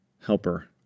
helper